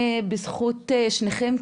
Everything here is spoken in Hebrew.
בזכות שניכם,